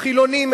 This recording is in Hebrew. החילונים,